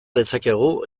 dezakegu